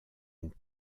une